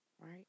right